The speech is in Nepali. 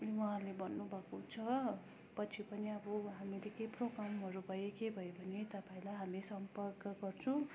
उहाँहरूले भन्नुभएको छ पछि पनि अब हामीले केही प्रोग्रामहरू भए केही भयो भने तपाईँलाई हामी सम्पर्क गर्छौँ